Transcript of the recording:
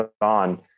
on